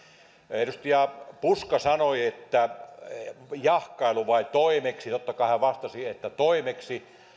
edustaja puska sanoi jahkailu vai toimeksi totta kai hän vastasi että toimeksi